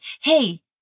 hey